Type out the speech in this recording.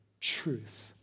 truth